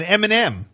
Eminem